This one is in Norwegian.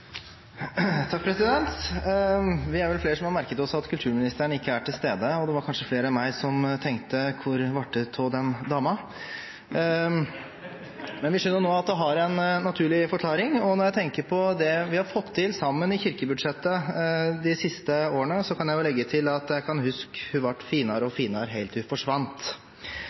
var kanskje flere enn meg som tenkte: «Kor vart det tå den dama?» Men vi skjønner nå at det har en naturlig forklaring, og når jeg tenker på det vi har fått til sammen i kirkebudsjettet de siste årene, kan jeg jo legge til at «æ kan husk hu vart finar og